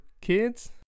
kids